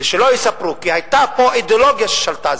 ושלא יספרו כי היתה פה אידיאולוגיה ששלטה,